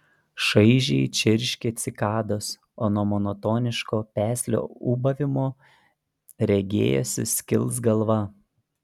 šaižiai čirškė cikados o nuo monotoniško peslio ūbavimo regėjosi skils galva